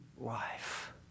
life